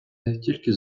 тільки